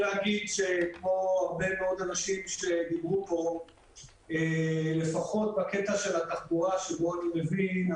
כמו הרבה מאוד אנשים שדיברו פה לפחות בקטע של התחבורה שבו אני מבין,